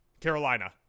Carolina